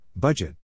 Budget